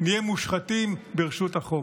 נהיה מושחתים ברשות החוק.